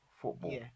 football